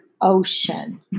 ocean